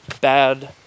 bad